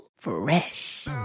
fresh